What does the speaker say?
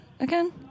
again